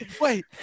wait